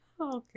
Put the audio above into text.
Okay